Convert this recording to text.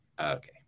Okay